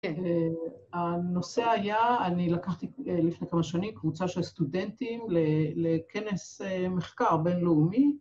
‫הנושא היה, אני לקחתי לפני כמה שנים ‫קבוצה של סטודנטים ‫לכנס מחקר בינלאומי.